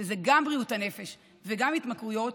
שזה גם בריאות הנפש וגם התמכרויות,